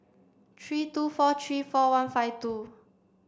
three two four three four one five two